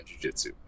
jujitsu